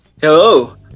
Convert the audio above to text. Hello